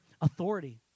authority